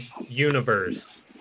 universe